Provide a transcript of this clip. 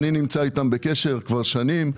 אני נמצא איתם בקשר כבר שנים.